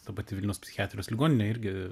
ta pati vilniaus psichiatrijos ligoninė irgi